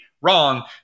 wrong